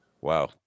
Wow